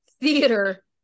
Theater